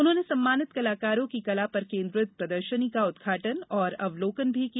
उन्होंने सम्मानित कलाकारों की कला पर केन्द्रित प्रदर्शनी का उद्घाटन और अवलोकन भी किया